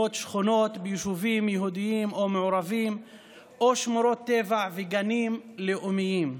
שכונות בישובים יהודיים או מעורבים או בשמורות טבע וגנים לאומיים.